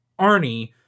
Arnie